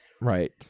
right